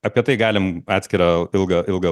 apie tai galim atskirą ilgą ilgą